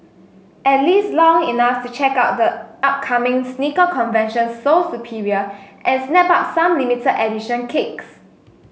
at least long enough to check out the upcoming sneaker convention Sole Superior and snap up some limited edition kicks